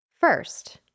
First